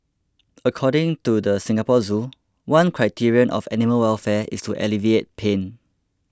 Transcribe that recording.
according to the Singapore Zoo one criterion of animal welfare is to alleviate pain